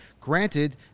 Granted